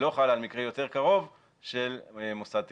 לא חלה על מקרה יותר קרוב של מוסד תכנון.